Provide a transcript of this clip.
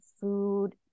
food